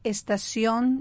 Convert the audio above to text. Estación